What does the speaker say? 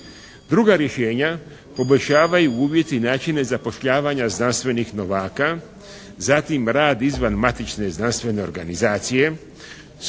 Druga rješenja poboljšavaju u biti načine zapošljavanja znanstvenih novaka, zatim rad izvanmatične znanstvene organizacije